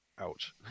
Ouch